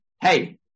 hey